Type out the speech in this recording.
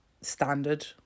standard